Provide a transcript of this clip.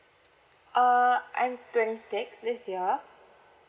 uh I am twenty six this year